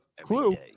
clue